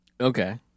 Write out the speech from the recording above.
Okay